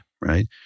right